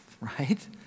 right